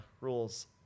rules